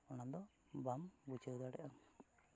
ᱚᱱᱟ ᱫᱚ ᱵᱟᱢ ᱵᱩᱡᱷᱟᱹᱣ ᱫᱟᱲᱮᱭᱟᱜᱼᱟ